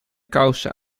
kousen